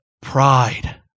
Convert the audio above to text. pride